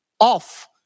off